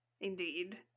indeed